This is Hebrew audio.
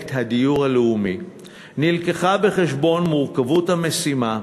פרויקט הדיור הלאומי הובאה בחשבון מורכבות המשימה,